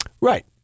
Right